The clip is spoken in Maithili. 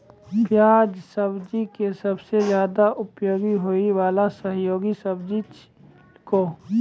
प्याज सब्जी के सबसॅ ज्यादा उपयोग होय वाला सहयोगी सब्जी छेकै